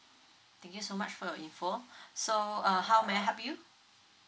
thank you so much for your info so uh how may I help you